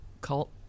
cult